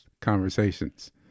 conversations